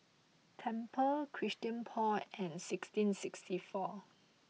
Tempur Christian Paul and sixteen sixty four